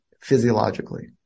physiologically